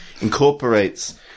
incorporates